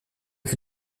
fut